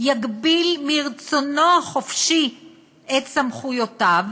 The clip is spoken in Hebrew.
יגביל מרצונו החופשי את סמכויותיו